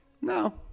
No